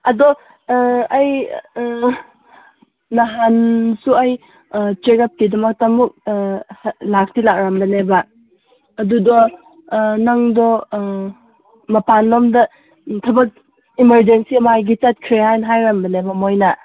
ꯑꯗꯣ ꯑꯩ ꯅꯍꯥꯟꯁꯨ ꯑꯩ ꯆꯦꯛ ꯑꯞꯀꯤꯗꯣ ꯃꯇꯝꯃꯨꯛ ꯂꯥꯛꯇꯤ ꯂꯥꯛꯂꯝꯕꯅꯦꯕ ꯑꯗꯨꯗꯣ ꯅꯪꯗꯣ ꯃꯄꯥꯟ ꯂꯣꯝꯗ ꯊꯕꯛ ꯑꯦꯃꯥꯔꯖꯦꯟꯁꯤ ꯑꯃꯒꯤ ꯆꯠꯈ꯭ꯔꯦ ꯍꯥꯏꯅ ꯍꯥꯏꯔꯝꯕꯅꯦꯕ ꯃꯣꯏꯅ